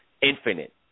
infinite